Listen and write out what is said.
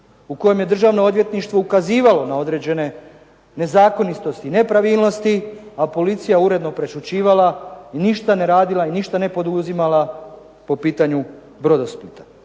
u kojem je Državno odvjetništvo ukazivalo na određene nezakonitosti i nepravilnosti, a policija uredno prešućivala i ništa ne radila i ništa ne poduzimala po pitanju "Brodosplita".